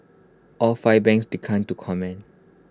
all five banks declined to comment